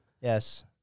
yes